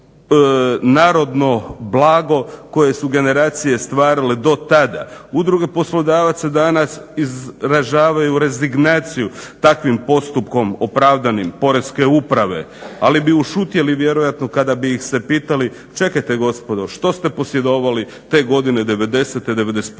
narodno blago koje su generacije stvarale do tada. Udruge poslodavaca danas izražavaju rezignaciju takvim postupkom opravdanim Porezne uprave, ali bi ušutjeli vjerojatno kada bi ih se pitalo čekajte gospodo što ste posjedovali te godine '90-e,